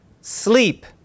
sleep